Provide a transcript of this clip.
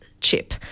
chip